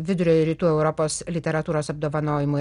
vidurio ir rytų europos literatūros apdovanojimui